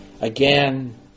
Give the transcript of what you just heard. Again